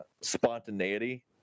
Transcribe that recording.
spontaneity